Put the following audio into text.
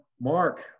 Mark